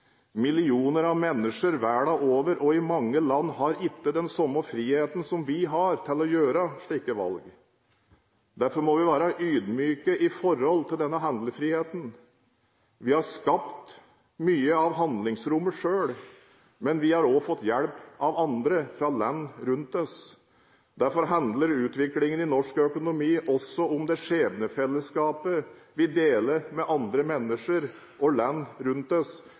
Millioner av mennesker verden over og i mange land har ikke den samme friheten som vi har til å ta slike valg. Derfor må vi være ydmyke i forhold denne handlefriheten. Vi har skapt mye av handlingsrommet selv, men vi har også fått hjelp av andre fra land rundt oss. Derfor handler utviklingen i norsk økonomi også om det skjebnefellesskapet vi deler med andre mennesker og land rundt oss.